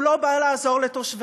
הוא לא בא לעזור לתושביה.